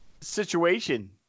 situation